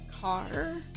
car